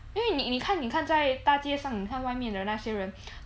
因为你你看你看在大街上你看外面的那些人